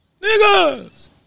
niggas